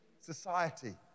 society